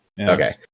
Okay